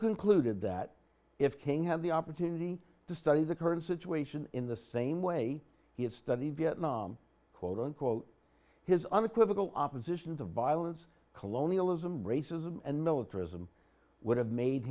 concluded that if king had the opportunity to study the current situation in the same way he had studied vietnam quote unquote his unequivocal opposition to violence colonialism racism and militarism would have made